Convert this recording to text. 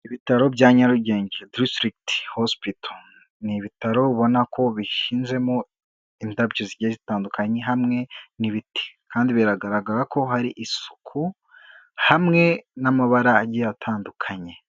Ibitaro bya Nyarugenge District Hospital, ni ibitaro ubona ko bihinzemo indabyo zigiye zitandukanye hamwe n'ibiti kandi biragaragara ko hari isuku hamwe n'amabara agiye atandukanye.